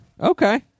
Okay